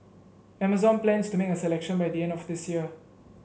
Amazon plans to make a selection by the end of this year